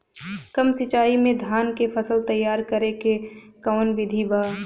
कम सिचाई में धान के फसल तैयार करे क कवन बिधि बा?